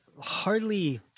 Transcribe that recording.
hardly